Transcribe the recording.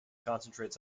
concentrates